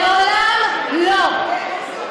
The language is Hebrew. לעולם לא.